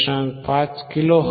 5 kilohertz 2